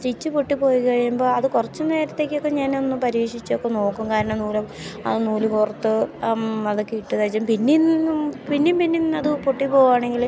stitch പൊട്ടിപ്പോയി കഴിയുമ്പോൾ അത് കുറച്ചു നേരത്തേക്കൊക്കെ ഞാനൊന്ന് പരീക്ഷിച്ചൊക്കെ നോക്കും കാരണം നൂലും അത് നൂല് കോർത്ത് അതൊക്കെ ഇട്ടു തയ്ച്ചും പിന്നേയും പിന്നേയും പിന്നേയും അതു പൊട്ടി പോവുകയാണെങ്കിൽ